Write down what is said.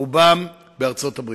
רובם בארצות-הברית,